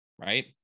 right